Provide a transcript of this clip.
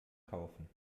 kaufen